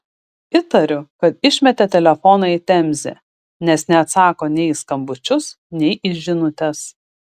įtariu kad išmetė telefoną į temzę nes neatsako nei į skambučius nei į žinutes